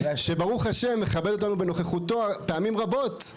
שברוך השם מכבד אותנו בנוכחותו פעמים רבות.